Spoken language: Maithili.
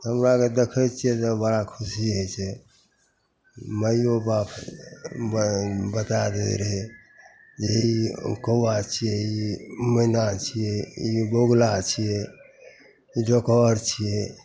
हमरा अगर देखै छिए जँ बड़ा खुशी होइ छै माइओ बाप बता देने रहै हे ई कौआ छिए ई मैना छिए ई बगुला छिए ई डोकहर छिए